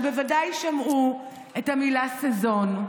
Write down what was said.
שבוודאי שמעו את המילה "סזון".